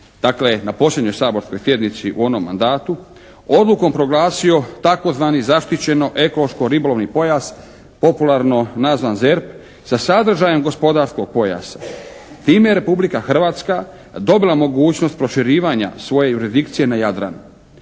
dakle, na posljednjoj saborskoj sjednici u onom mandatu, odlukom proglasio tzv. zaštićeno ekološko-ribolovni pojas, popularno nazvan ZERP sa sadržajem gospodarskog pojasa. Time je Republika Hrvatska dobila mogućnost proširivanja svoje jurisdikcije na Jadranu.